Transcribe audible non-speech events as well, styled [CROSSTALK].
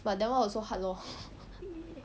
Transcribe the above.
but that [one] also hard lor [LAUGHS]